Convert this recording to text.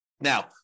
Now